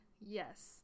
yes